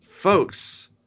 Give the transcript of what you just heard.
Folks